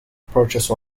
purchase